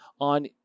on